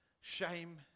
shame